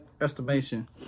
estimation